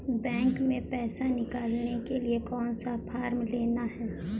Bank में पैसा निकालने के लिए कौन सा फॉर्म लेना है?